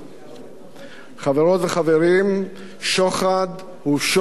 חברות וחברים, שוחד הוא שוחד הוא שוחד.